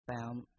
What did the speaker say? found